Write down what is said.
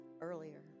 earlier